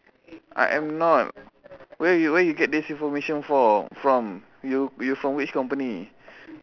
I am not where you where you get this information for from you from which company